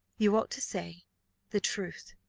you ought to say the truth,